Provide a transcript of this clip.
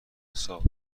حساب